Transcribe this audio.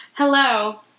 Hello